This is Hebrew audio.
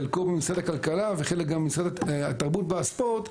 חלקו במשרד הכלכלה וחלק גם במשרד התרבות והספורט,